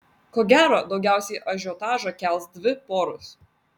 ko gero daugiausiai ažiotažo kels dvi poros